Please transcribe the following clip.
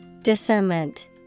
Discernment